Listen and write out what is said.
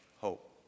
hope